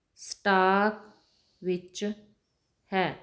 stock ਵਿੱਚ ਹੈ